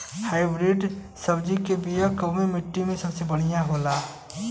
Hybrid सब्जी के बिया कवने मिट्टी में सबसे बढ़ियां होखे ला?